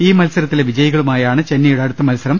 ഈ മത്സരത്തിലെ വിജയികളുമായാണ് ചെന്നൈയുടെ അടുത്ത മത്സരം